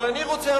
אבל אני רוצה,